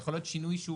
יכול להיות שינוי שהוא